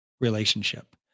relationship